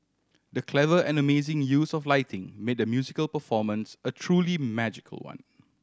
the clever and amazing use of lighting made the musical performance a truly magical one